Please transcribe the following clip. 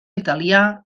italià